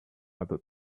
other